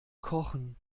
kochen